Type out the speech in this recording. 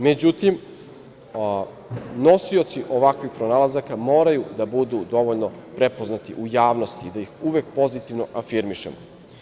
Međutim, nosioci ovakvih pronalazaka moraju da budu dovoljno prepoznati u javnosti, da ih uvek pozitivno afirmišemo.